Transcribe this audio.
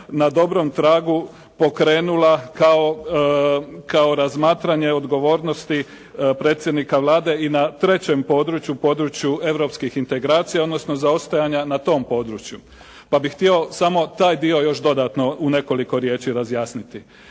na dobrom tragu pokrenula, kao razmatranje odgovornosti predsjednika Vlade i na trećem području, području Europskih integracija, odnosno zaostajanja na tom području. Pa bih htio samo taj dio dodatno u nekoliko riječi razjasniti.